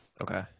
okay